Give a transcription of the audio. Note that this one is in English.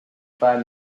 five